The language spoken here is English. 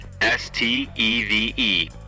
S-T-E-V-E